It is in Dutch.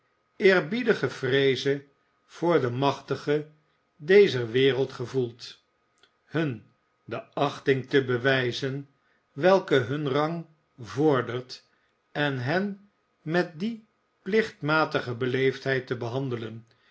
eerbiedige vreeze voor de machtigen dezer wereld gevoelt hun de achting te bewijzen welke hun rang vordert en hen met die plichtmatige beleefdheid te behandelen